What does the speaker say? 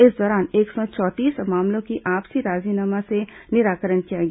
इस दौरान एक सौ चौंतीस मामलों का आपसी राजीनामा से निराकरण किया गया